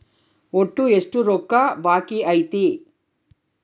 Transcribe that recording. ಒಟ್ಟು ಎಷ್ಟು ರೊಕ್ಕ ಬಾಕಿ ಐತಿ?